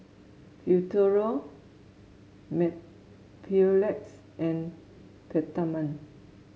Futuro Mepilex and Peptamen